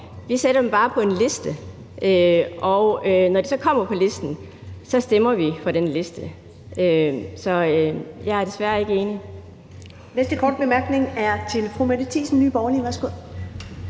vi sætter dem bare på en liste. Og når de så kommer på listen, stemmer vi for den liste. Så jeg er desværre ikke enig Kl. 13:38 Første næstformand (Karen Ellemann): Næste korte bemærkning er til fru Mette Thiesen, Nye Borgerlige. Værsgo.